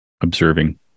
observing